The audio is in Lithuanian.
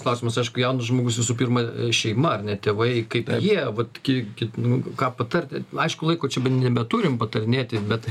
klausimas aišku jaunas žmogus visų pirma šeima ar ne tėvai kaip jie vat ki ki nu ką patarti aišku laiko čia be nebeturim patarinėti bet